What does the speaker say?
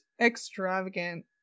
extravagant